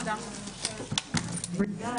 הישיבה ננעלה בשעה 12:45.